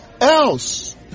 Else